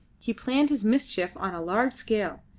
he planned his mischief on a large scale.